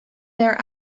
their